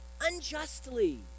unjustly